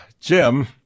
Jim